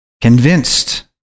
convinced